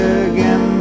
again